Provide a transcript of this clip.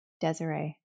Desiree